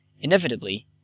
Inevitably